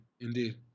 Indeed